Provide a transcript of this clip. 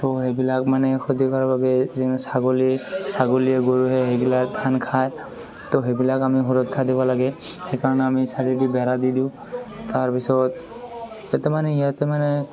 তো সেইবিলাক মানে ক্ষতি কৰাৰ বাবে যেনে ছাগলী ছাগলীয়ে গৰুৱে সেইবিলাক ধান খায় তো সেইবিলাক আমি সুৰক্ষা দিব লাগে সেইকাৰণে আমি চাইডেদি বেৰা দি দিওঁ তাৰপিছত কেতিয়াবা সিহঁতে মানে